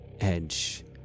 edge